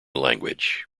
language